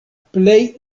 plej